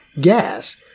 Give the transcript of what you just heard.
gas